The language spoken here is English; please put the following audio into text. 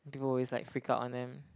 people always like freak out on them